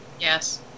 yes